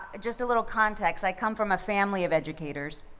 just a little context, i come from a family of educators.